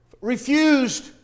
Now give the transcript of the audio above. refused